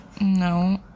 no